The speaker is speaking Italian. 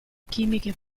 chimiche